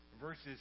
Verses